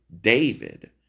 David